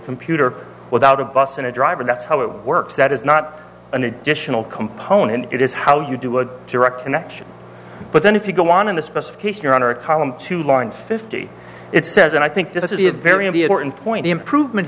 computer without a bus and a driver that's how it works that is not an additional component it is how you do a direct connection but then if you go on in the specification around or a column to line fifty it says and i think this is the a very important point improvement